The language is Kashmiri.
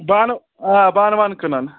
بانہٕ آ بانہٕ وانہٕ کٕنَان